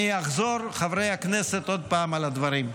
אני אחזור, חברי הכנסת, עוד פעם על הדברים: